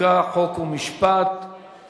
החוץ והביטחון נתקבלה.